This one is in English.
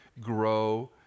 grow